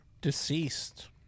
Deceased